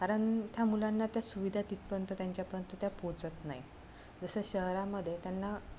कारण त्या मुलांना त्या सुविधा तिथपर्यंत त्यांच्यापर्यंत त्या पोचत नाही जसं शहरामध्ये त्यांना